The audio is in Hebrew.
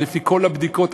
לפי כל הבדיקות,